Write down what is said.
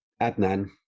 Adnan